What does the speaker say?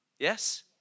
Yes